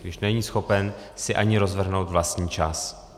Když není schopen si ani rozvrhnout vlastní čas.